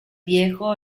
viejo